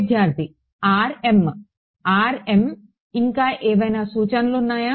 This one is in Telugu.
విద్యార్ధి rm rm ఇంకా ఎవన్నా సూచనలు ఉన్నాయా